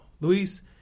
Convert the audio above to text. Luis